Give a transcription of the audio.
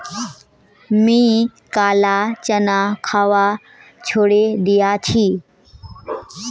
मी काला चना खवा छोड़े दिया छी